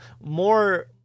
more